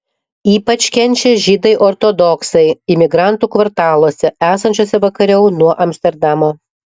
ypač kenčia žydai ortodoksai imigrantų kvartaluose esančiuose vakariau nuo amsterdamo